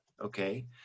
okay